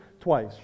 twice